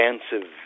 expansive